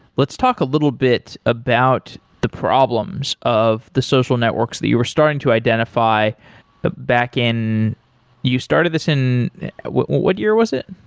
let's talk a little bit about the problems of the social networks that you are starting to identify ah back in you started this in what year was it?